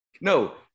No